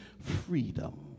freedom